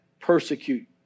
persecute